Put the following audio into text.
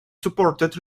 supported